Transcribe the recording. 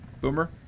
Boomer